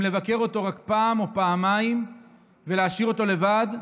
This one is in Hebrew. אם לבקר אותו רק פעם או פעמיים ולהשאיר אותו לבד,